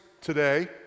today